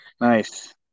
Nice